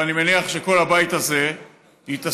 ואני מניח שכל הבית הזה יתאסף,